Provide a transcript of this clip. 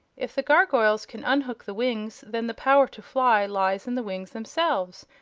if the gargoyles can unhook the wings then the power to fly lies in the wings themselves,